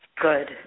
Good